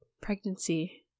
pregnancy